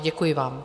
Děkuji vám.